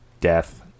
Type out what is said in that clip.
death